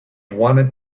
wanted